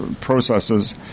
processes